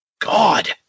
God